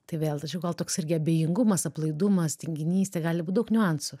tai vėl gal toks irgi abejingumas aplaidumas tinginystė gali būt daug niuansų